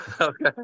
okay